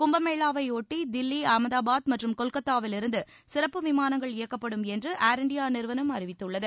கும்பமேளாவை ஒட்டி தில்லி அஹமதாபாத் மற்றும் கொல்கத்தாவிலிருந்து சிறப்பு விமானங்கள் இயக்கப்படும் என்று ஏர்இண்டியா நிறுவனம் அறிவித்துள்ளது